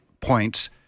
points